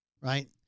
Right